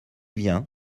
vient